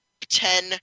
Ten